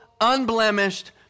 unblemished